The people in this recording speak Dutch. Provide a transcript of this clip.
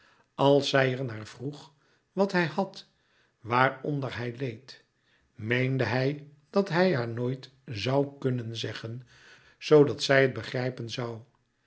als zij er naar vroeg wat hij had waaronder hij leed meende hij dat hij haar nooit zoû kunnen zeggen z dat zij het begrijpen zoû